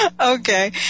Okay